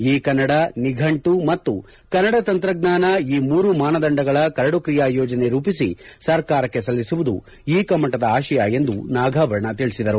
E Kannada ನಿಘಂಟು ಮತ್ತು ಕನ್ನಡ ತಂತ್ರಜ್ಞಾನ ಈ ಮೂರು ಮಾನದಂಡಗಳ ಕರಡು ಕ್ರಿಯಾ ಯೋಜನೆ ರೂಪಿಸಿ ಸರ್ಕಾರಕ್ಕೆ ಸಲ್ಲಿಸುವುದು ಇ ಕಮ್ಮಟದ ಆಶಯ ಎಂದು ನಾಗಾಭರಣ ತಿಳಿಸಿದರು